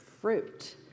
fruit